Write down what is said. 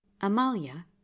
amalia